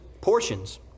portions